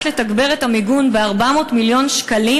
לתגבר את המיגון ב-400 מיליון שקלים,